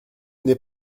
n’est